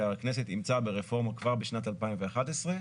והכנסת אימצה ברפורמה כבר בשנת 2011,